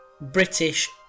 British